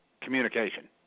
communication